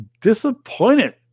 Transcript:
disappointed